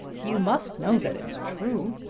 you must know that it's true.